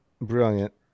brilliant